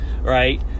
right